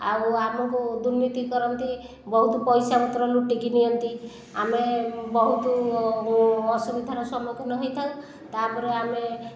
ଆଉ ଆମକୁ ଦୁର୍ନୀତି କରନ୍ତି ବହୁତ ପଇସା ପତ୍ର ଲୁଟିକି ନିଅନ୍ତି ଆମେ ବହୁତ ଅସୁବିଧାର ସମ୍ମୁଖୀନ ହୋଇଥାଉ ତା'ପରେ ଆମେ